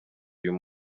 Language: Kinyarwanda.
uyu